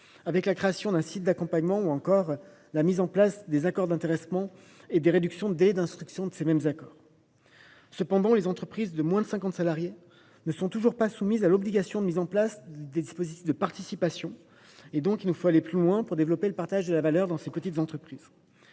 à la création d’un site d’accompagnement à la mise en place des accords d’intéressement, ou encore à la réduction des délais d’instruction de ces mêmes accords. Cependant, les entreprises de moins de 50 salariés ne sont toujours pas soumises à l’obligation de mettre en place des dispositifs de participation. Il nous faut donc aller plus loin si nous voulons développer le partage de la valeur dans ces petites entreprises.